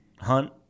hunt